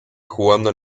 jugando